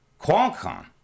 Qualcomm